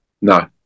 No